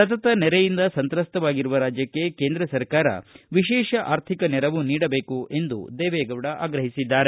ಸತತ ನೆರೆಯಿಂದ ಸಂತ್ರಸ್ತವಾಗಿರುವ ರಾಜ್ಯಕ್ಷೆ ಕೇಂದ್ರ ಸರ್ಕಾರ ವಿಶೇಷ ಅರ್ಥಿಕ ನೆರವು ನೀಡಬೇಕು ಎಂದು ಆಗ್ರಹಿಸಿದ್ದಾರೆ